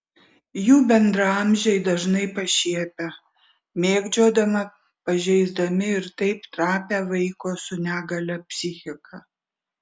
jų bendraamžiai dažnai pašiepia mėgdžioja pažeisdami ir taip trapią vaiko su negalia psichiką